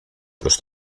προς